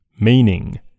meaning